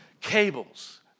Cables